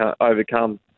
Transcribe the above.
overcome